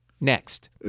Next